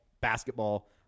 basketball